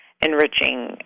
enriching